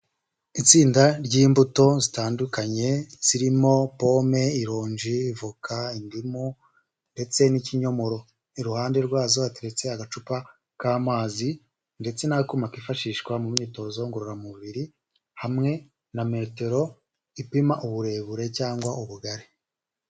Itsinda ry'imbuto zitandukanye zirimo pome, irongi, ivoka, indimu ndetse n'kinyomoro iruhande rwazo hateretse agacupa k'amazi ndetse n'akuma kifashishwa mu myitozo ngororamubiri hamwe na metero ipima uburebure cyangwa ubugari.